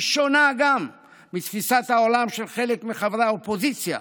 היא שונה גם מתפיסת העולם של חלק מחברי האופוזיציה,